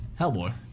Hellboy